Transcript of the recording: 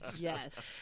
yes